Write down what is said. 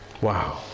Wow